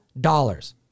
dollars